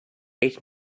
ate